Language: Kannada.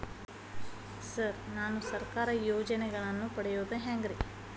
ಸರ್ ನಾನು ಸರ್ಕಾರ ಯೋಜೆನೆಗಳನ್ನು ಪಡೆಯುವುದು ಹೆಂಗ್ರಿ?